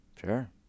Sure